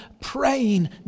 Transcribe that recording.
praying